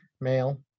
Male